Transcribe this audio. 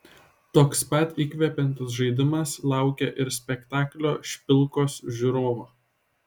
toks pats įkvepiantis žaidimas laukia ir spektaklio špilkos žiūrovo